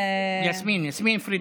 יסמין פרידמן.